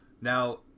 Now